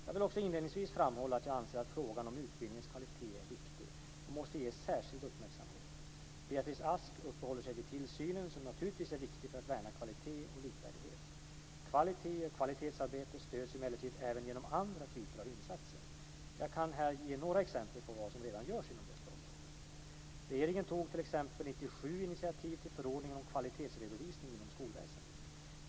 Jag vill också inledningsvis framhålla att jag anser att frågan om utbildningens kvalitet är viktig och måste ges särskild uppmärksamhet. Beatrice Ask uppehåller sig vid tillsynen, som naturligtvis är viktig för att värna kvalitet och likvärdighet. Kvalitet och kvalitetsarbete stöds emellertid även genom andra typer av insatser. Jag kan här ge några exempel på vad som redan görs inom området. Regeringen tog t.ex. 1997 initiativ till förordningen om kvalitetsredovisning inom skolväsendet.